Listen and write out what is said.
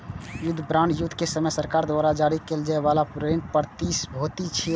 युद्ध बांड युद्ध के समय सरकार द्वारा जारी कैल जाइ बला ऋण प्रतिभूति छियै